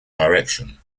direction